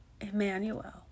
Emmanuel